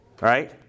right